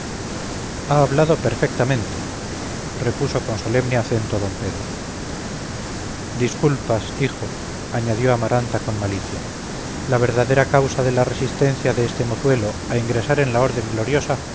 ha hablado perfectamente repuso con solemne acento d pedro disculpas hijo añadió amaranta con malicia la verdadera causa de la resistencia de este mozuelo a ingresar en la orden gloriosa